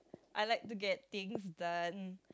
I like to get things done